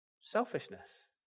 Selfishness